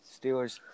Steelers